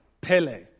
Pele